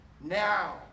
Now